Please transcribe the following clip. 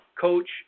Coach